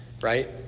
right